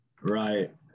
Right